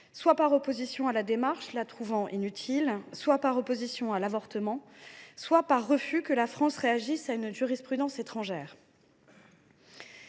soit par opposition à la démarche, la trouvant inutile, soit par opposition à l’avortement, soit par refus que la France réagisse à une jurisprudence étrangère.